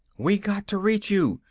we got to reach you!